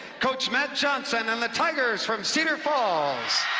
coach matt johnson and the tigers from cedar falls!